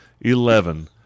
Eleven